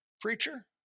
preacher